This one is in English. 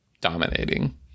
dominating